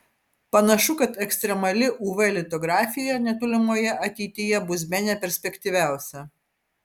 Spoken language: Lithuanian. panašu kad ekstremali uv litografija netolimoje ateityje bus bene perspektyviausia